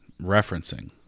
referencing